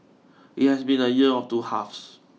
it has been a year of two halves